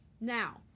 now